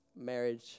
marriage